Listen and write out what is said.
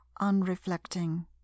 unreflecting